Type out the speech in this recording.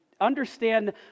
understand